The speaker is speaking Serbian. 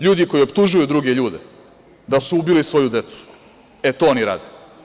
Ljudi koji optužuju druge ljude da su ubili svoju decu, e to oni rade.